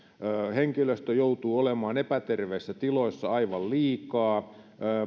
henkilöstö joutuu olemaan epäterveissä tiloissa aivan liikaa